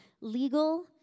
legal